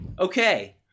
Okay